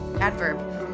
adverb